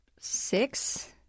six